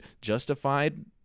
justified